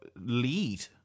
lead